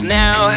now